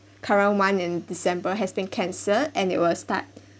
current one in december has been canceled and it will start